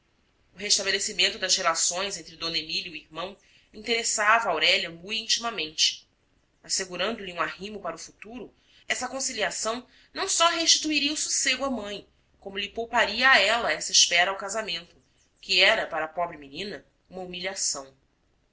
o restabelecimento das relações entre d emília e o irmão interessava aurélia mui intimamente assegurando lhe um arrimo para o futuro essa conciliação não só restituiria o sossego à mãe como lhe pouparia a ela essa espera ao casamento que era para a pobre menina uma humilhação